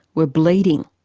were bleeding.